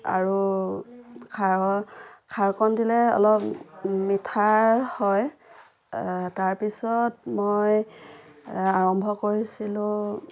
আৰু খাৰৰ খাৰকণ দিলে অলপ মিঠা হয় তাৰপিছত মই আৰম্ভ কৰিছিলোঁ